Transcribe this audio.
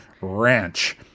ranch